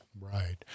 Right